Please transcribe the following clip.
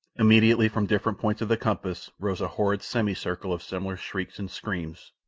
immediately from different points of the compass rose a horrid semicircle of similar shrieks and screams,